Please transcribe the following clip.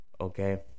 Okay